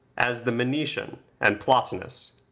as the manichean and plotinus.